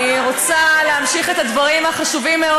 אני רוצה להמשיך את הדברים החשובים מאוד